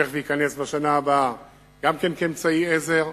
שילך וייכנס בשנה הבאה גם כן כאמצעי עזר.